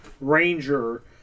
ranger